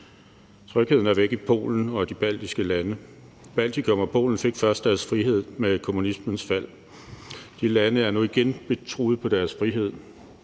Trygheden er væk i Polen og i de baltiske lande. Baltikum og Polen fik først deres frihed med kommunismens fald. De lande er nu igen truet på deres frihed.